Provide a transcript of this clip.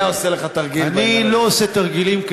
הוא לא היה עושה לך תרגיל בעניין,